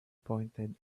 pointed